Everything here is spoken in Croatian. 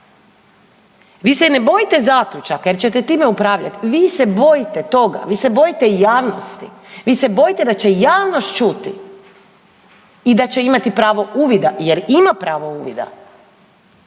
Vi se ne bojite zaključaka jer ćete time upravljati, vi se bojite toga, vi se bojite javnosti, vi se bojite da će javnost čuti i da će imati pravo uvida jer ima pravo uvida